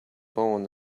bone